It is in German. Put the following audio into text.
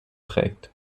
trägt